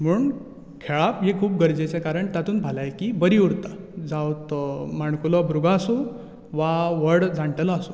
म्हूण खेळप हे खूब गरजेचे कारण तातूंत भलायकी बरी उरता जावं तो माणकूलो भुरगो आसूं वा व्हड जाण्टेलो आसूं